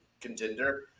contender